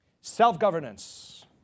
Self-governance